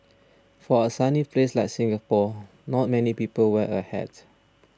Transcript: for a sunny place like Singapore not many people wear a hat